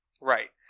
Right